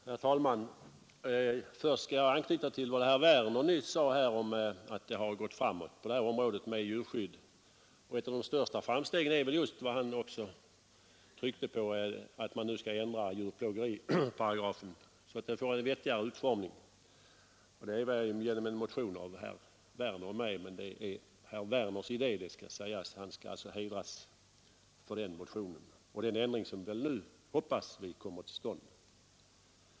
Herr talman! Först skall jag anknyta till vad herr Werner i Malmö nyss sade om att det har gått framåt på djurskyddsområdet. Ett av de stora framstegen är väl, som han också tryckte på, att man nu skall ändra djurplågeriparagrafen så att den får en vettigare utformning. Det sker efter en motion av herr Werner och mig, men det är herr Werners idé; han skall alltså hedras för den motionen och den ändring som vi hoppas nu kommer till stånd.